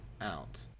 out